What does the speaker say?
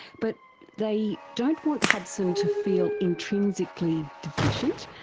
but they don't want hudson to feel intrinsically deficient,